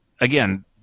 again